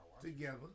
Together